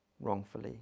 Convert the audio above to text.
wrongfully